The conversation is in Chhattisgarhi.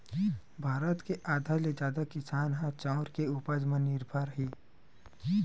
भारत के आधा ले जादा किसान ह चाँउर के उपज म निरभर हे